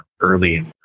early